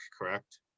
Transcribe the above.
correct